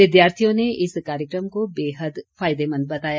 विद्यार्थियों ने इस कार्यक्रम को बेहद फायदेमंद बताया